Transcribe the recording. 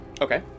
Okay